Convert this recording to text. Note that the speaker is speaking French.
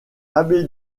abbé